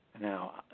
now